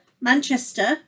Manchester